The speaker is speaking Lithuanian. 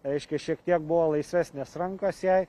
reiškė šiek tiek buvo laisvesnės rankos jai